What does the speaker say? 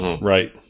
right